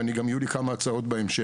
ואני גם יהיו לי כמה הצעות בהמשך.